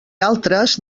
altres